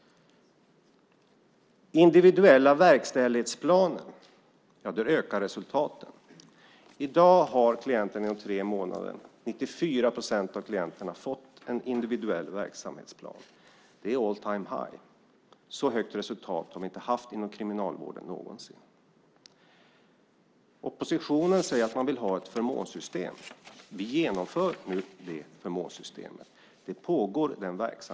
Individuella verkställighetsplaner ökar resultaten. I dag har inom tre månader 94 procent av klienterna fått en individuell verksamhetsplan. Det är all time high. Så högt resultat har vi inte haft inom kriminalvården någonsin. Oppositionen säger att man vill ha ett förmånssystem. Vi genomför nu det förmånssystemet. Den verksamheten pågår.